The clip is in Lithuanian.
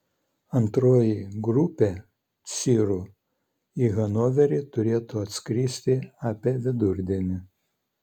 antroji grupė sirų į hanoverį turėtų atskristi apie vidurdienį